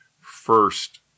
first